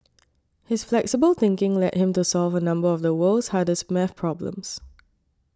his flexible thinking led him to solve a number of the world's hardest math problems